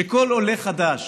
שכל עולה חדש